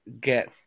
get